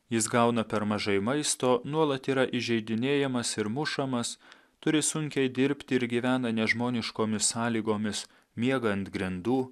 jis gauna per mažai maisto nuolat yra įžeidinėjamas ir mušamas turi sunkiai dirbti ir gyvena nežmoniškomis sąlygomis miega ant grindų